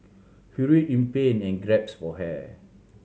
he writhed in pain and gasped for air